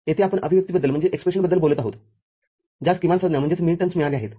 येथे आपण अभिव्यक्तीबद्दल बोलत आहोत ज्यास किमानसंज्ञा मिळाल्या आहेत